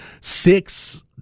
Six –